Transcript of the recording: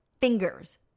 fingers